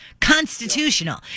constitutional